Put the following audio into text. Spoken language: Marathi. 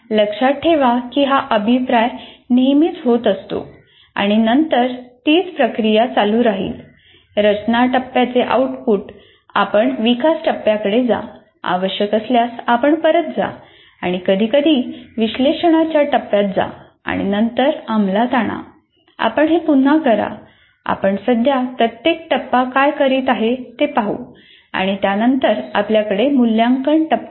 लक्षात ठेवा की हा अभिप्राय नेहमीच होत असतो आणि नंतर तीच प्रक्रिया चालू राहिल रचना टप्प्याचे आउटपुट आपण विकास टप्प्याकडे जा आवश्यक असल्यास आपण परत जा आणि कधीकधी विश्लेषणाच्या टप्प्यात जा आणि नंतर अंमलात आणा आपण हे पुन्हा करा आपण सध्या प्रत्येक टप्पा काय करीत आहे ते पाहू आणि त्यानंतर आपल्याकडे मूल्यांकन टप्पा आहे